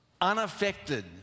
unaffected